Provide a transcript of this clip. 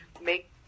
make